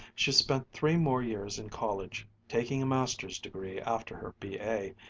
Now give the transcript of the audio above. she spent three more years in college, taking a master's degree after her b a,